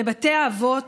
בבתי האבות.